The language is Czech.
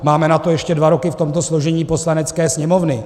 Máme na to ještě dva roky v tomto složení Poslanecké sněmovny.